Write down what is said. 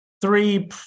Three